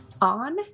on